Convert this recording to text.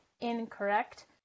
incorrect